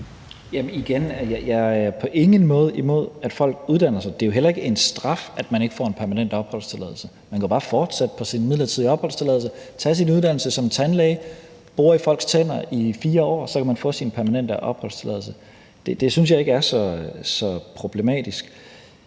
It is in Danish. Jeg er på ingen måde imod, at folk uddanner sig. Det er jo heller ikke en straf, at man ikke får en permanent opholdstilladelse. Man kan jo bare fortsætte på sin midlertidige opholdstilladelse, tage sin uddannelse som tandlæge, bore i folks tænder i 4 år, og så kan man få sin permanente opholdstilladelse. Det synes jeg ikke er så problematisk.